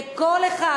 לכל אחד,